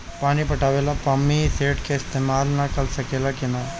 पानी पटावे ल पामपी सेट के ईसतमाल हो सकेला कि ना?